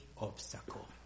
obstacle